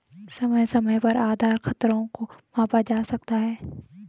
समय समय पर आधार खतरों को मापा जा सकता है